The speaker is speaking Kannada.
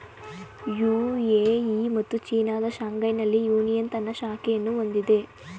ಯು.ಎ.ಇ ಮತ್ತು ಚೀನಾದ ಶಾಂಘೈನಲ್ಲಿ ಯೂನಿಯನ್ ತನ್ನ ಶಾಖೆಯನ್ನು ಹೊಂದಿದೆ